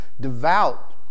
devout